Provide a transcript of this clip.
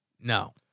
No